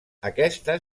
aquesta